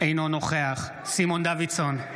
אינו נוכח סימון דוידסון,